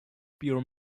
pure